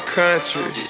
country